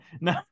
no